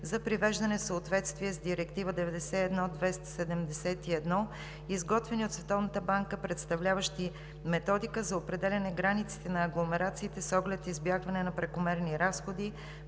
за привеждане в съответствие с Директива 91/271, изготвени от Световната банка, представляващи методика за определяне границите на агломерациите с оглед избягване на прекомерни разходи